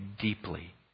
deeply